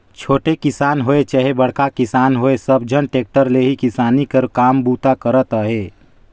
छोटे किसान होए चहे बड़खा किसान होए सब झन टेक्टर ले ही किसानी कर काम बूता करत अहे